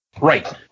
right